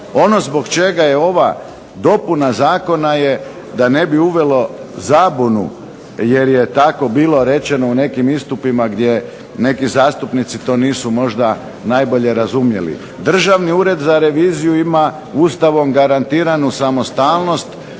Ono zbog čega je ova dopuna zakona je da ne bi uvelo zabunu jer je tako bilo rečeno u nekim istupima gdje neki zastupnici to nisu možda najbolje razumjeli. Državni ured za reviziju ima ustavom garantiranu samostalnost,